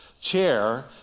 chair